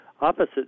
opposite